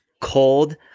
cold